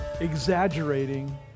exaggerating